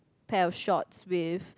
pair of shorts with